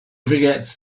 forgets